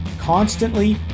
constantly